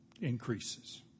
increases